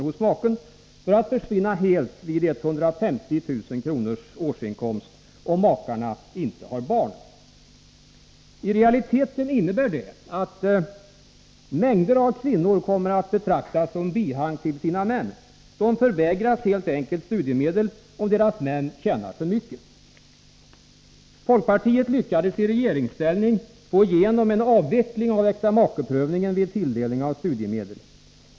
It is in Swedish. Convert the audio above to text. hos maken för att försvinna helt vid 150 000 kr. årsinkomst, om makarna inte har barn. I realiteten innebär det att mängder av kvinnor kommer att betraktas som bihang till sina män. De förvägras helt enkelt studiemedel, om deras män tjänar för mycket. Folkpartiet lyckades i regeringsställning få igenom en avveckling av äktamakeprövningen vid tilldelning av studiemedel.